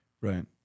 right